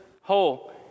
whole